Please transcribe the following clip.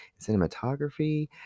cinematography